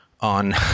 on